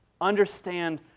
Understand